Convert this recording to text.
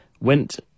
went